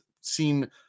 seen